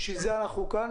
בשביל זה אנחנו כאן,